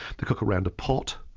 they cook around a pot,